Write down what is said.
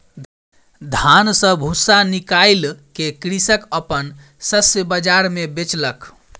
धान सॅ भूस्सा निकाइल के कृषक अपन शस्य बाजार मे बेचलक